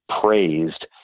praised